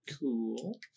Cool